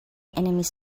enemies